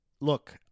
look